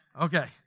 Okay